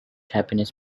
happiness